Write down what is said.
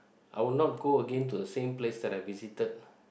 I would not go again to the same place that I visited